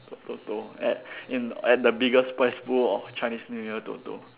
Toto at in at the biggest prize pool of Chinese new year Toto